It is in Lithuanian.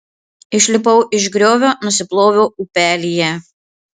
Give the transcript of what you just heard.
išlipau iš griovio nusiploviau upelyje